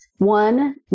One